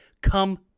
come